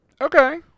Okay